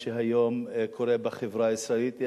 מה שהיום קורה בחברה הישראלית,